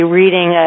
reading